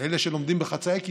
אלה שלומדים בחצאי כיתות,